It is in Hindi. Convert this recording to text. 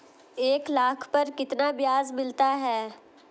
एक लाख पर कितना ब्याज मिलता है?